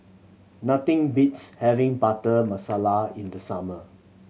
nothing beats having Butter Masala in the summer